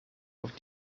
auf